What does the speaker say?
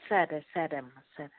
సరే సరే అమ్మ సరే